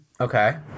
Okay